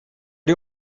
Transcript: die